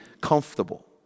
comfortable